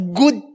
good